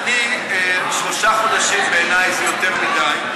שלושה חודשים בעיניי זה יותר מדי,